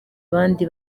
abandi